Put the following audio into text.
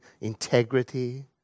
Integrity